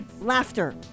laughter